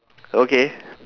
okay